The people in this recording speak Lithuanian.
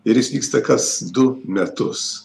ir jis vyksta kas du metus